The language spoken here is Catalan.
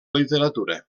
literatura